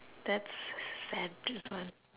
that's sad this one